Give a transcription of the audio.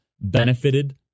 benefited